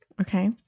Okay